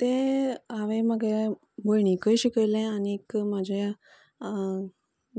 तें हांवे म्हगेल्या भयणीकय शिकयलें आनीक म्हज्या